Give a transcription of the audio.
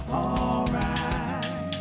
alright